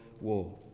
War